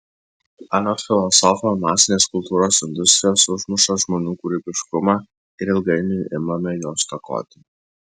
anot filosofo masinės kultūros industrijos užmuša žmonių kūrybiškumą ir ilgainiui imame jo stokoti